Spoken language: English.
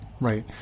right